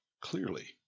Clearly